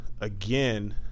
again